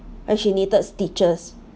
and she needed stitches